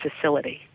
facility